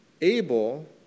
Abel